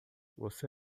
você